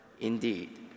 Indeed